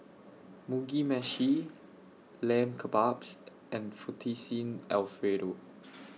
Mugi Meshi Lamb Kebabs and Fettuccine Alfredo